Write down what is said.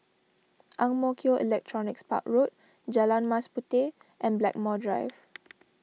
Ang Mo Kio Electronics Park Road Jalan Mas Puteh and Blackmore Drive